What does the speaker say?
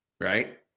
Right